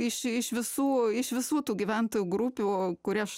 iš iš visų iš visų tų gyventojų grupių kuriašs